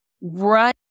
Run